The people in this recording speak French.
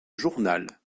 journal